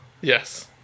yes